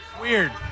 Weird